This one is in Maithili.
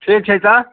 ठीक छै तऽ